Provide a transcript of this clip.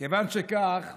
כיוון שכך,